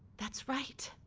that's right.